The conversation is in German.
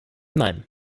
nein